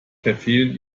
verfehlen